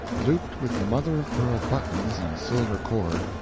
looped with mother-of-pearl buttons and silver cord,